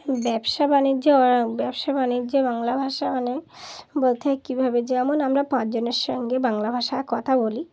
ব্যবসা বাণিজ্য ব্যবসা বাণিজ্যে বাংলা ভাষা মানে বলতে হয় কীভাবে যেমন আমরা পাঁচজনের সঙ্গে বাংলা ভাষায় কথা বলি